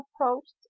approached